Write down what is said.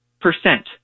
percent